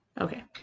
Okay